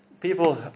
People